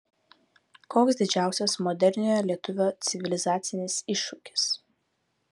koks didžiausias moderniojo lietuvio civilizacinis iššūkis